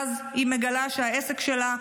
ואז היא מגלה שהעסק שלה,